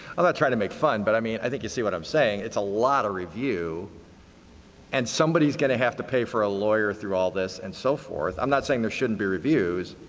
i'm not trying to make fun but i mean i think you see what i'm saying. it's a lot of review and somebody is going to have to pay for a lawyer through all of this and so forth. i'm not saying there shouldn't be reviews.